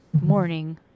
morning